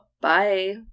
Bye